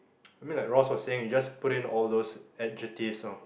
I mean like Ross was saying you just put in those adjectives of